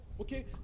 okay